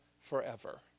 forever